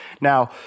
now